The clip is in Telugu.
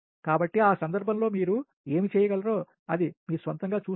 కాబట్టి ఆ సందర్భంలో మీరు ఏమి చేయగలరో అది మీ స్వంతంగా చూస్తే